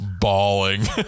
bawling